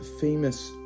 famous